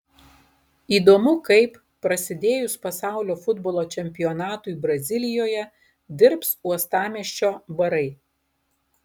įdomu kaip prasidėjus pasaulio futbolo čempionatui brazilijoje dirbs uostamiesčio barai